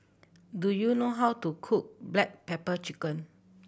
do you know how to cook black pepper chicken